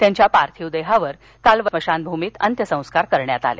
त्यांच्या पार्थिव देहावर काल वैकुंठ स्मशानभूमीत अंत्यसंस्कार करण्यात आले